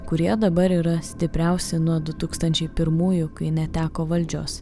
kurie dabar yra stipriausi nuo du tūkstančiai pirmųjų kai neteko valdžios